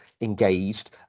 engaged